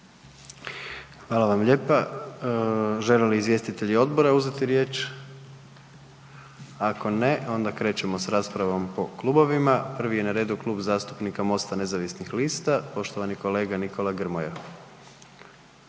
Hvala vam lijepa. Žele li izvjestitelji odbora uzeti riječ? Ako ne, onda krećemo s raspravom po klubovima. Prvi je na redu Klub zastupnika MOST-a nezavisnih lista, poštovani kolega Nikola Grmoja.